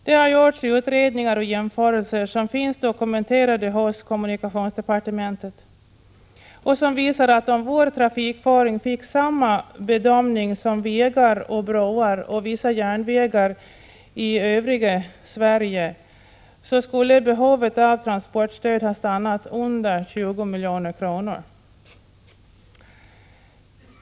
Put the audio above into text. Det har gjorts utredningar och jämförelser som finns dokumenterade hos kommunikationsdepartementet och som visar att om Gotlands trafikföring underkastades samma bedömning som vägar och broar och vissa järnvägar i övriga Sverige skulle behovet av transportstöd ha stannat under 20 milj.kr.